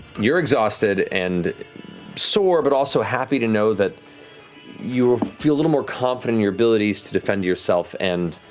you're exhausted and sore, but also happy to know that you feel a little more confident in your abilities to defend yourself and